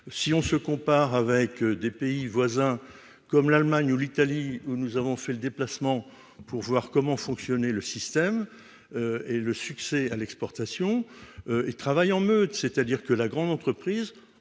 si on se compare avec des pays voisins comme l'Allemagne ou l'Italie, où nous avons fait le déplacement pour voir comment fonctionnait le système et le succès à l'exportation, il travaille en meute, c'est-à-dire que la grande entreprise